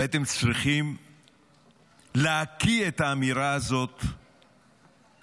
ואתם צריכים להקיא את האמירה הזאת היום.